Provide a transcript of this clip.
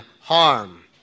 harm